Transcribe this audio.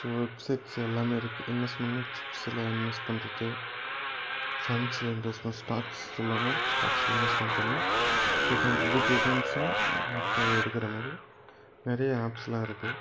so websites எல்லாம் இருக்குது இன்வெஸ்மெண்ட்டுனாசிட்ஸில் இன்வெஸ்ட் பண்ணுறது ஃபண்ட்ஸில் இன்வெஸ்ட்மெண்ட் ஸ்டாக்ஸுலலாம் ஸ்டாக்ஸில் இன்வெஸ்ட்மெண்ட் பண்ணி ரிட்டன் குட் ரிட்டன்ஸை ஆஃப்ட்டர் எடுக்கிற மாதிரி நிறையா ஆப்ஸ்லாம் இருக்குது